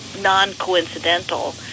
non-coincidental